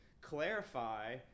clarify